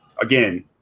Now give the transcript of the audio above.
Again